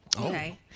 okay